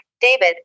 David